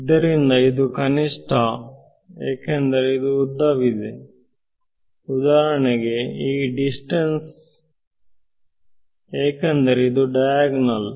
ಇದರಿಂದ ಇದು ಕನಿಷ್ಠ ಏಕೆಂದರೆ ಇದು ಉದ್ದವಿದೆ ಉದಾಹರಣೆಗೆ ಈ ಡಿಸ್ಟೆನ್ಸ್ ಏಕೆಂದರೆ ಇದು ಡಯಾಗನಲ್